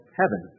heaven